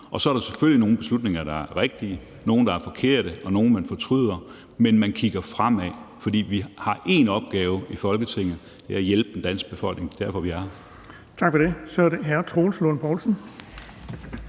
og så er der selvfølgelig nogle beslutninger, der er rigtige, nogle, der er forkerte, og nogle, man fortryder. Men man kigger fremad, for vi har én opgave i Folketinget, og det er at hjælpe den danske befolkning. Det er derfor, vi er her. Kl. 14:56 Den